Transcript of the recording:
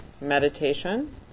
meditation